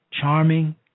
charming